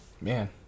man